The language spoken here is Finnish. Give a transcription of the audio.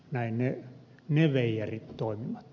näin ne veijarit toimivat